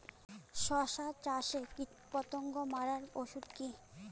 শসা চাষে কীটপতঙ্গ মারার ওষুধ কি?